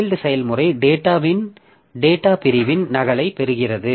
child செயல்முறை data பிரிவின் நகலைப் பெறுகிறது